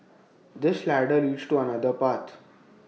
this ladder leads to another path